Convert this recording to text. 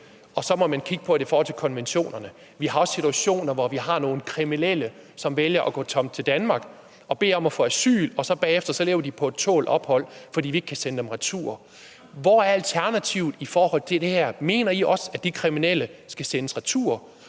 og så må man kigge på forholdet til konventionerne. Vi har også situationer med kriminelle, som vælger at komme til Danmark og få asyl, og bagefter lever de på tålt ophold, fordi vi ikke kan sende dem retur. Hvor er Alternativet i det her spørgsmål? Mener I også, at kriminelle skal sendes retur, og er